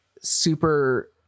super